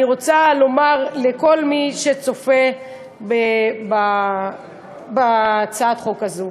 אני רוצה לומר לכל מי שצופה בדיון בהצעת החוק הזאת,